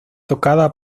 tocada